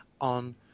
on